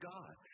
God